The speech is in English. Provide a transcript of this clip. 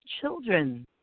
Children